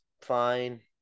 fine